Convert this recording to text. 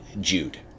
Jude